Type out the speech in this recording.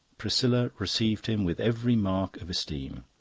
priscilla received him with every mark of esteem.